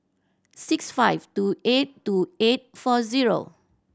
six five two eight two eight four zero